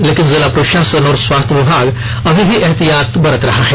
लेकिन जिला प्रशासन और स्वास्थ्य विभाग अभी भी एहतियात बरत रहा है